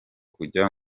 kujya